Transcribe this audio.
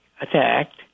attacked